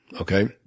Okay